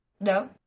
No